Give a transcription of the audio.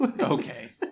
Okay